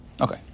Okay